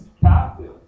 captives